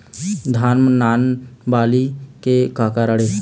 धान म नान बाली के का कारण हे?